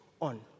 on